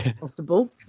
possible